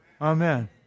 Amen